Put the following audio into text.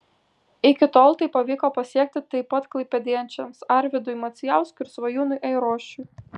iki tol tai pavyko pasiekti taip pat klaipėdiečiams arvydui macijauskui ir svajūnui airošiui